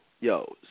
Yo